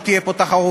ואת "תנין".